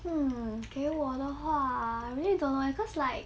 mm 给我的话 really don't know lah cause like